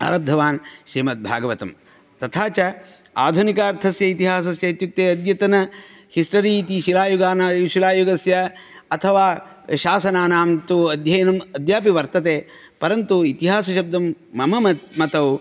आरब्धवान् श्रीमद्भागवतं तथा च आधुनिकार्थस्य इतिहासश्च इत्युक्ते अद्यतन हिस्टरि इति शिलायुगानाम् शिलायुगस्य अथवा शासनानान्तु अध्ययनम् अद्यापि वर्तते परन्तु इतिहासशब्दं मम मतौ